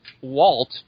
Walt